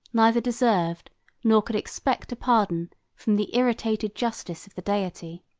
neither deserved nor could expect a pardon from the irritated justice of the deity.